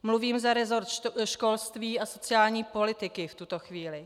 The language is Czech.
Mluvím za resort školství a sociální politiky v tuto chvíli.